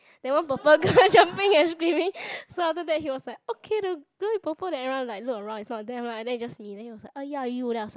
then one purple girl jumping and screaming so after that he was like okay then the girl in purple then everyone like look around is not them lah then it's just me then he was like ya you then I was like